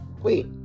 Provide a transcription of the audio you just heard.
Wait